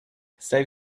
save